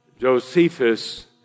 Josephus